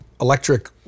electric